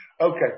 Okay